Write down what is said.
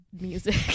music